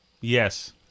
Yes